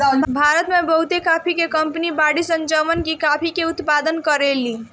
भारत में बहुते काफी के कंपनी बाड़ी सन जवन की काफी के उत्पादन करेली